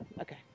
okay